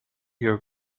your